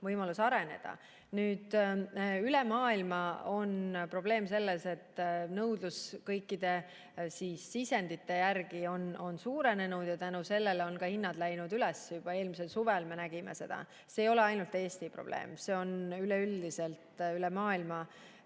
võimalus areneda. Üle maailma on probleem selles, et nõudlus kõikide sisendite järele on suurenenud ja seetõttu on hinnad läinud üles. Juba eelmisel suvel me nägime seda. See ei ole ainult Eesti probleem, see on üleüldiselt probleem üle maailma.